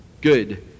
good